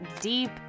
deep